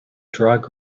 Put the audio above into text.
drag